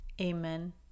Amen